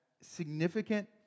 significant